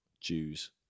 Jews